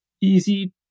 easy